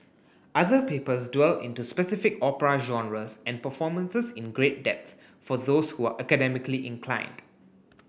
other papers dwell into specific opera genres and performances in great depth for those who are academically inclined